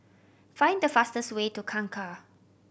find the fastest way to Kangkar